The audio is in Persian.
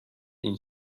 این